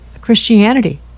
Christianity